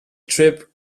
trip